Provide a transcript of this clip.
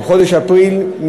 או בחודש אפריל,